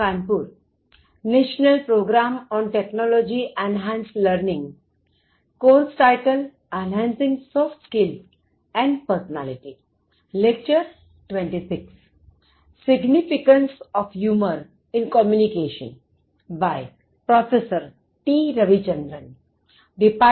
કેમ છો બધા